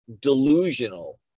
delusional